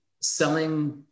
selling